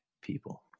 people